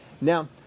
Now